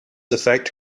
effect